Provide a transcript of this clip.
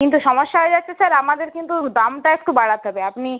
কিন্তু সমস্যা হয়ে যাচ্ছে স্যার আমাদের কিন্তু দামটা একটু বাড়াতে হবে আপনি